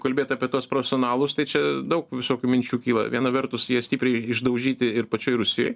kalbėt apie tuos profesionalus tai čia daug visokių minčių kyla viena vertus jie stipriai išdaužyti ir pačioj rusijoj